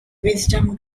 wisdom